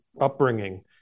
upbringing